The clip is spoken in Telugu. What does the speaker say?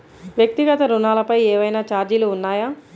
వ్యక్తిగత ఋణాలపై ఏవైనా ఛార్జీలు ఉన్నాయా?